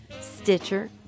Stitcher